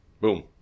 Boom